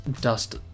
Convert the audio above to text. dust